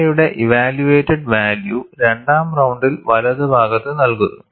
KI യുടെ evaluated value രണ്ടാം റൌണ്ടിൽ വലതുഭാഗത്ത് നൽകുന്നു